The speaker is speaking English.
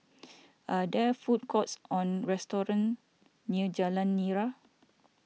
are there food courts or restaurants near Jalan Nira